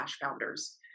founders